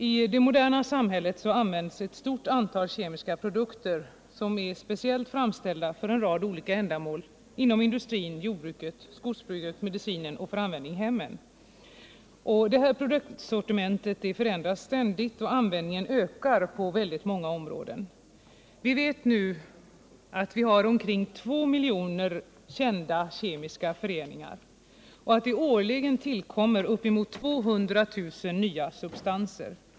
I det moderna samhället används ett stort antal kemiska produkter, som är speciellt framställda för en rad olika ändamål inom industrin, jordbruket, skogsbruket och medicinen och för användning i hemmen. Detta produktsortiment förändras ständigt, och användningen ökar på många områden. Vi vet nu att vi har omkring 2 miljoner kända kemiska föreningar och att det årligen tillkommer uppemot 200 000 nya substanser.